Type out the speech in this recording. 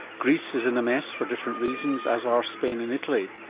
greece is in a mess for different reasons, as are spain and italy.